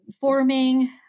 forming